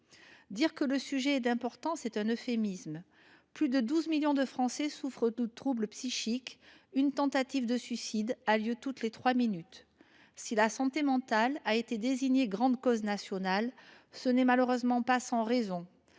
Dire que le sujet est d’importance est un euphémisme : plus de 12 millions de Français souffrent de troubles psychiques et une tentative de suicide a lieu toutes les trois minutes… Si la santé mentale a été désignée grande cause nationale, ce n’est malheureusement pas sans raison.